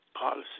policy